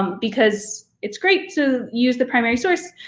um because it's great to use the primary source,